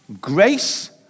Grace